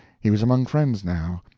he was among friends now,